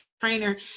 trainer